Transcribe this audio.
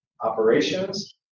operations